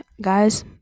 guys